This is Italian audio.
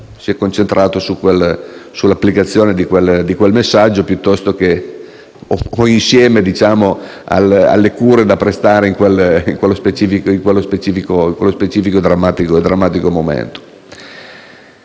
si è concentrato sull'applicazione di quel messaggio e non solo sulle cure da prestare in quello specifico e drammatico momento.